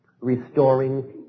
Restoring